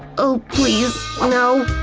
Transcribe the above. oh please ah no,